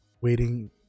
waiting